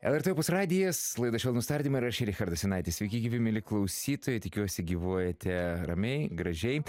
lrt opus radijas laida švelnūs tardymai ir aš richardas jonaitis sveiki gyvi mieli klausytojai tikiuosi gyvuojate ramiai gražiai